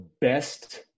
best